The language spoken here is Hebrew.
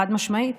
חד-משמעית.